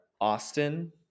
austin